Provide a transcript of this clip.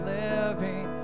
living